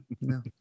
No